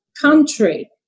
country